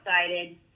excited